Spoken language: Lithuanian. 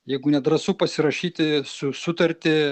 jeigu nedrąsu pasirašyti sutartį